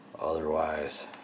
Otherwise